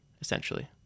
essentially